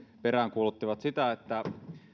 peräänkuuluttivat että